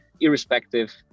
irrespective